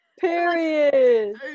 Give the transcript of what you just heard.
Period